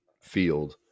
field